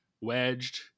wedged